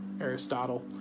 Aristotle